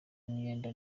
imyenda